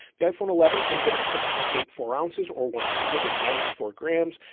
the iphone eleven comes in at six point eight, four ounces or one hundred and ninety four grams.